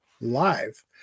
live